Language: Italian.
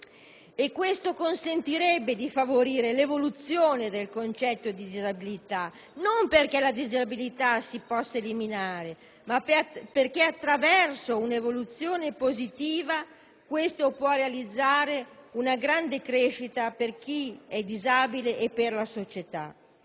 Ciò consentirebbe di favorire l'evoluzione del concetto di disabilità, non perché essa si possa eliminare, ma perché attraverso un'evoluzione positiva si può realizzare una grande crescita per chi è disabile e per la società.